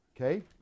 Okay